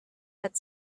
had